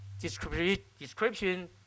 description